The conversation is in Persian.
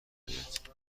آید